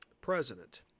president